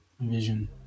vision